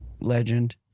legend